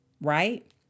Right